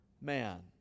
man